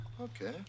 Okay